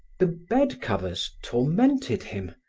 the bed covers tormented him.